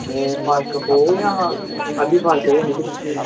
ते फर्क पौग जां ऐल्ली फर्क निं पेआ